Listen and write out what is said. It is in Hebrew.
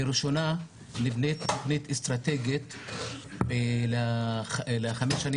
לראשונה נבנית תוכנית אסטרטגית ל-5 השנים